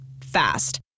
fast